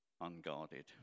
unguarded